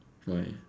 why